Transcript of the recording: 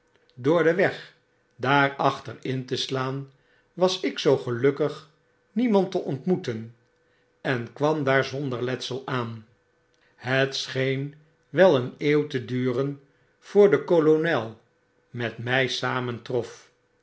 door den weg daar achter in te slaan was ik zoo gelukkig niemand te ontmoeten en kwam daar zonder letsel aan het scheen wel een eeuw te duren voor de kolonel met my